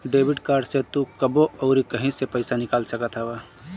debit card से तू कबो अउरी कहीं से पईसा निकाल सकत हवअ